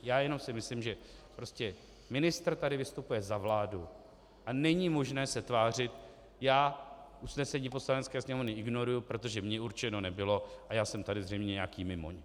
Já si jenom myslím, že ministr tady vystupuje za vládu a není možné se tvářit jako já usnesení Poslanecké sněmovny ignoruji, protože mně určeno nebylo, a já jsem tady zřejmě nějaký mimoň.